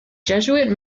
jesuit